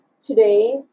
today